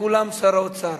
לכולם שר האוצר.